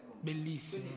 Bellissimo